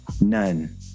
None